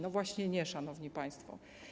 No właśnie nie, szanowni państwo.